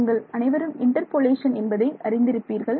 நீங்கள் அனைவரும் இன்டர்பொலேஷன் என்பதை அறிந்திருப்பீர்கள்